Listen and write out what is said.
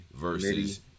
versus